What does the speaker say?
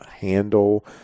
handle